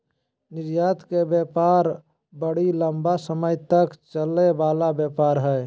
निर्यात के व्यापार बड़ी लम्बा समय तक चलय वला व्यापार हइ